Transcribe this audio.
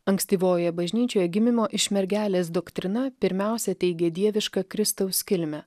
ankstyvojoje bažnyčioje gimimo iš mergelės doktrina pirmiausia teigia dievišką kristaus kilmę